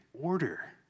order